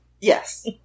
Yes